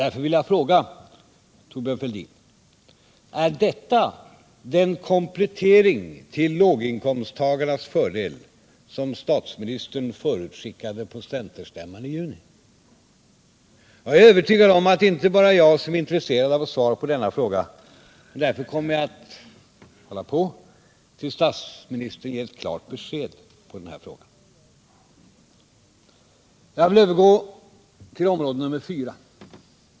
Därför vill jag fråga Thorbjörn Fälldin: Är detta den komplettering till låginkomsttagarnas fördel som statsministern förutskickade på centerstämman i juni? Jag är övertygad om att det inte bara är jag som är intresserad av ett svar på denna min fråga. Därför kommer jag att hålla på tills statsministern ger ett klart svar på frågan. Jag vill övergå till område nummer fyra.